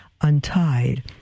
untied